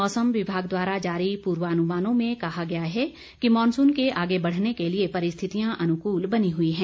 मौसम विभाग द्वारा जारी पुर्वानुमानों में कहा गया है कि मॉनसून के आगे बढ़ने के लिए परिस्थितियां अनुकूल बनी हुई हैं